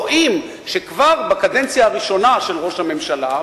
רואים שכבר בקדנציה הראשונה של ראש הממשלה,